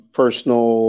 personal